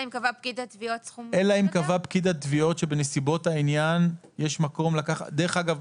אלא אם קבע פקיד התביעות שבנסיבות העניין יש מקום לקחת דרך אגב,